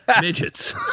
Midgets